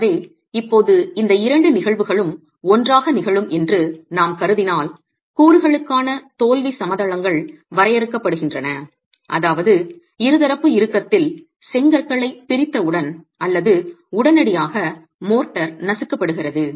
எனவே இப்போது இந்த இரண்டு நிகழ்வுகளும் ஒன்றாக நிகழும் என்று நாம் கருதினால் கூறுகளுக்கான தோல்வி சமதளங்கள் வரையறுக்கப்படுகின்றன அதாவது இருதரப்பு இறுக்கத்தில் செங்கற்களைப் பிரித்தவுடன் அல்லது உடனடியாக மோர்டார் நசுக்கப்படுகிறது